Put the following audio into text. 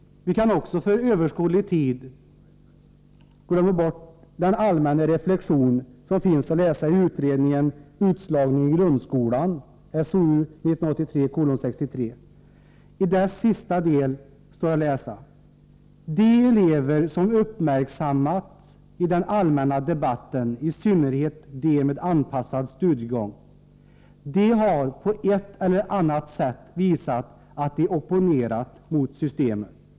Vi kan också för överskådlig tid glömma bort den allmänna reflexion som finns att läsa i utredningen Utslagningen i grundskolan, SOU 1983:63. I dess sista del står att läsa: De elever som uppmärksammats i den allmänna debatten — i synnerhet de med anpassad studiegång — har på ett eller annat sätt visat att de opponerat mot systemet.